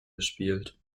gespielt